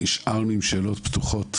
נשארנו עם שאלות פתוחות